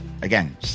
again